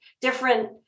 different